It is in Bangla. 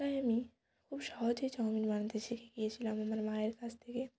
তাই আমি খুব সহজেই চাউমিন বানাতে শিখে গিয়েছিলাম আমার মায়ের কাছ থেকে